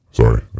sorry